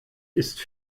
ist